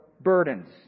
burdens